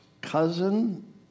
Cousin